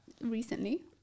Recently